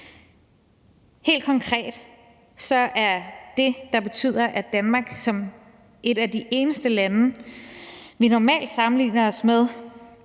Helt konkret er det, der betyder, at Danmark som et af de eneste lande blandt dem, vi normalt sammenligner os med,